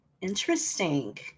Interesting